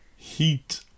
Heat